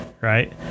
Right